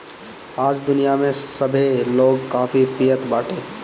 आज दुनिया में सभे लोग काफी पियत बाटे